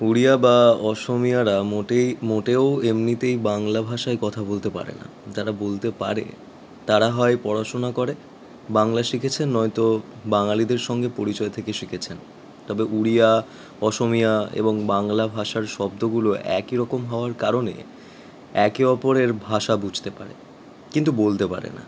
উড়িয়া বা অসমীয়ারা মোটেই মোটেও এমনিতেই বাংলা ভাষায় কথা বলতে পারে না যারা বলতে পারে তারা হয় পড়াশোনা করে বাংলা শিখেছে নয়তো বাঙালিদের সঙ্গে পরিচয় থেকে শিখেছেন তবে উড়িয়া অসমীয়া এবং বাংলা ভাষার শব্দগুলো একই রকম হওয়ার কারণে একে অপরের ভাষা বুঝতে পারে কিন্তু বলতে পারে না